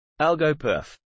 AlgoPerf